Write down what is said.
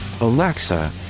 Alexa